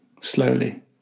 slowly